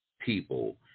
people